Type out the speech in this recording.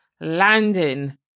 landing